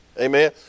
Amen